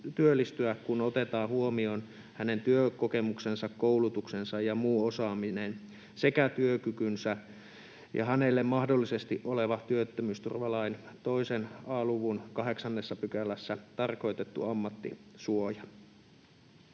kun otetaan huomioon hänen työkokemuksensa, koulutuksensa ja muu osaamisensa sekä työkykynsä ja hänellä mahdollisesti oleva työttömyysturvalain 2 a luvun 8 §:ssä tarkoitettu ammattisuoja.